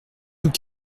tout